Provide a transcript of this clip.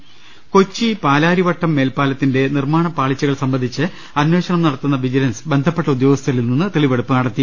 കൊച്ചി പാലാരിവട്ടം മേൽപ്പാലത്തിന്റെ നിർമ്മാണ പാളിച്ചുകൾ സംബന്ധിച്ച് അമ്പേഷണം നടത്തുന്ന വിജി ലൻസ് ബ്രസ്പ്പെട്ട ഉദ്യോഗ സ്ഥാിൽ നിന്ന് തെളിവെടുപ്പ് നടത്തി